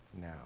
now